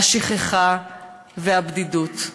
השכחה והבדידות,